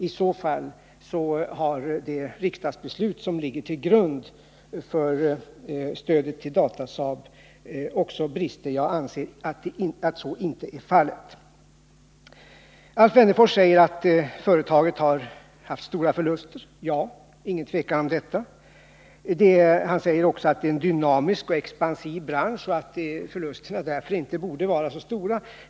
Om så vore fallet, skulle det riksdagsbeslut som ligger till grund för stödet till Datasaab också ha brister. Jag anser att så inte är fallet. Alf Wennerfors påpekar att företaget har haft stora förluster. Ja, det är inget tvivel om detta. Alf Wennerfors säger också att det är en dynamisk och expansiv bransch och att förlusterna därför inte borde vara så stora.